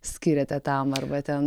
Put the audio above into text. skiriate tam arba ten